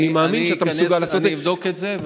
אני אבדוק את זה.